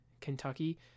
Kentucky